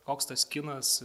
koks tas kinas